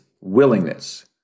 willingness